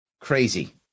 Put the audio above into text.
Crazy